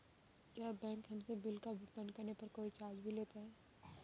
क्या बैंक हमसे बिल का भुगतान करने पर कोई चार्ज भी लेता है?